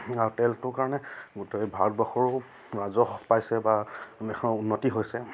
আৰু তেলটোৰ কাৰণে গোটেই ভাৰতবৰ্ষৰো ৰাজহ পাইছে বা উন্নতি হৈছে